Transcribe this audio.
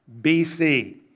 BC